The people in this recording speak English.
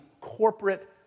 corporate